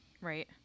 Right